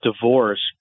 divorce